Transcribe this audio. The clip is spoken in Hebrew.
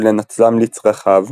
ולנצלם לצרכיו,